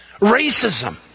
Racism